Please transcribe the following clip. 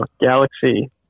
Galaxy